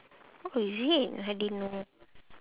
oh is it I didn't know